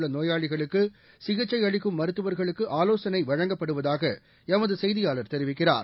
உள்ளநோயாளிகளுக்குசிகிச்சைஅளிக்கும் மருத்துவர்களுக்குஆலோசனைகள் வழங்கப்படுவதாகஎமதுசெய்தியாளர் தெரிவிக்கிறார்